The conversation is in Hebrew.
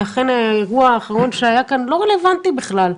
לכן האירוע האחרון שהיה כאן לא רלוונטי בכלל.